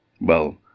Well